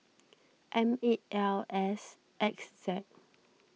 M eight L S X Z